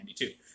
1992